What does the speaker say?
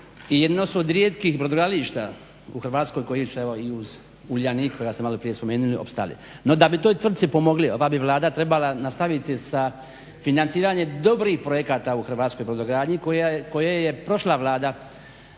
jedno su od rijetkih brodogradilišta koji su evo i uz Uljanik koji ste malo prije spomenuli opstali. No da bi toj tvrtci ova bi Vlada trebala nastaviti sa financiranjem dobrih projekata u hrvatskoj brodogradnji koja je prošla vlada